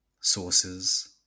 sources